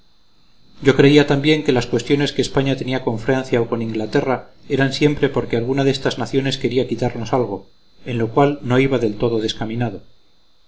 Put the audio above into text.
yo creía también que las cuestiones que españa tenía con francia o con inglaterra eran siempre porque alguna de estas naciones quería quitarnos algo en lo cual no iba del todo descaminado